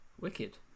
Wicked